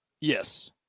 Yes